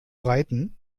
reiten